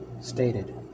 stated